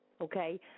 okay